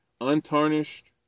untarnished